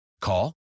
Call